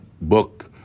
book